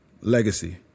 legacy